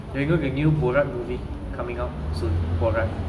you know the new borat movie coming out soon borat